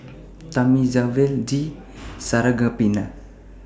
Thamizhavel G Sarangapani